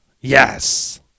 Yes